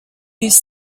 his